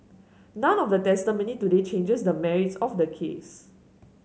none of the testimony today changes the merits of the case